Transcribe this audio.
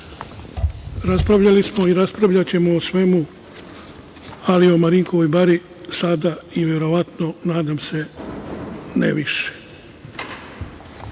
sledeće. Raspravljali smo i raspravljaćemo o svemu, ali o Marinkovoj bari sada i verovatno, nadam se, ne više.